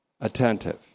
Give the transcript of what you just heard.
attentive